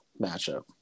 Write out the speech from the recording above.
matchup